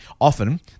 often